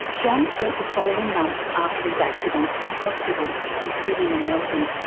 john spent the following months after his accident in hospitals in sydney and melbourne,